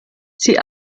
sie